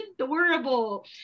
adorable